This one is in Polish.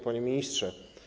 Panie Ministrze!